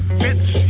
bitch